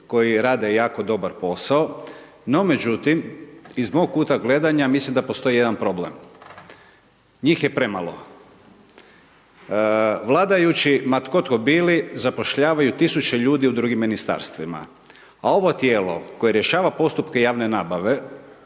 koji rade jako dobar posao no međutim iz mog kuta gledanja mislim da postoji jedan problem. Njih je premalo. Vladajući ma tko to bili zapošljavaju tisuće ljudi u drugim ministarstvima a ovo tijelo koje rješava postupke javne nabave